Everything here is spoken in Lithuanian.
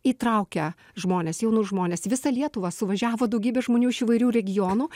įtraukia žmones jaunus žmones visą lietuvą suvažiavo daugybė žmonių iš įvairių regionų